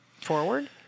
forward